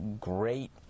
great